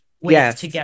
Yes